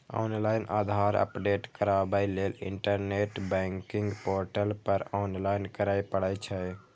online Aadhaar update कराबै लेल internet banking portal पर लॉगइन करय पड़ै छै